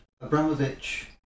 Abramovich